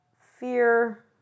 fear